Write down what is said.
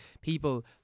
people